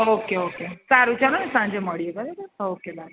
okay okay સારું ચાલો ને સાંજે મળીએ બરાબર ઓકે બાય